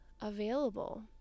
available